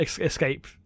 escape